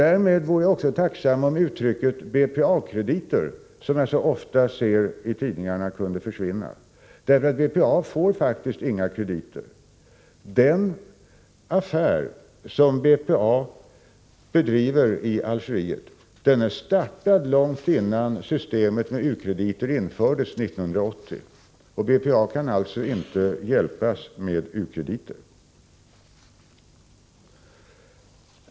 Jag vore också tacksam om uttrycket ”BPA-krediter”, som jag så ofta ser i tidningarna, kunde försvinna. BPA får faktiskt inga krediter. Den affär som BPA bedriver i Algeriet startades långt innan systemet med u-krediter infördes 1980, och BPA kan alltså inte hjälpas med u-krediter.